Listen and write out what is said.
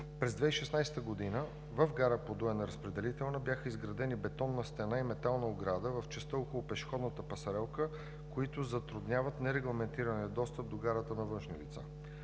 през 2016 г. в гара „Подуяне-разпределителна“ бяха изградени бетонна стена и метална ограда в частта около пешеходната пасарелка, които затрудняват нерегламентирания достъп до гарата на външни лица.